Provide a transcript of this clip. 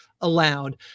allowed